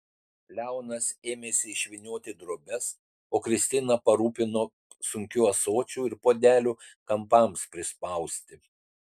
leonas ėmėsi išvynioti drobes o kristina parūpino sunkių ąsočių ir puodelių kampams prispausti